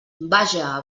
vaja